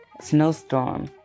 snowstorm